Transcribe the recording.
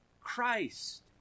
Christ